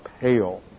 pale